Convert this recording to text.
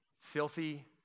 Filthy